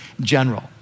general